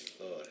Lord